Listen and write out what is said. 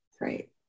right